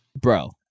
bro